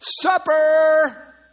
Supper